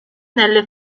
nelle